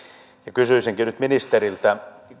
kysyisinkin nyt ministeriltä